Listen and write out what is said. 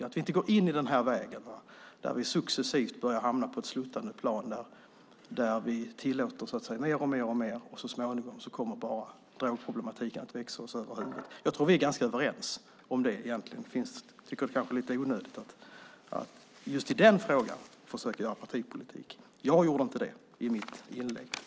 Vi ska inte gå in på den väg där vi successivt hamnar på ett sluttande plan där vi tillåter mer och mer och där drogproblematiken så småningom bara kommer att växa oss över huvudet. Jag tror att vi egentligen är ganska överens om detta, och jag tycker att det är lite onödigt att försöka göra partipolitik av just den frågan. Jag gjorde inte det i mitt inlägg.